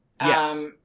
Yes